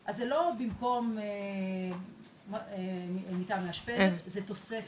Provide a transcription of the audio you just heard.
אז זה לא במקום מיטה מאשפזת, זה תוספת.